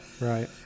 Right